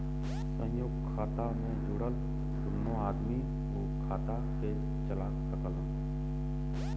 संयुक्त खाता मे जुड़ल दुन्नो आदमी उ खाता के चला सकलन